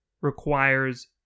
requires